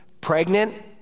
pregnant